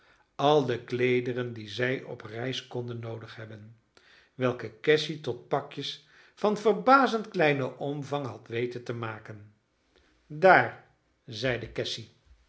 al de kleederen die zij op reis konden noodig hebben welke cassy tot pakjes van verbazend kleinen omvang had weten te maken daar zeide cassy